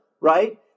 right